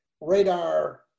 radar